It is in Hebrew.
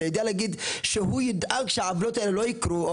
אתה יודע להגיד שהוא ידאג שהעוולות האלה לא יקרו,